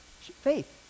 Faith